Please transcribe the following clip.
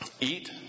eat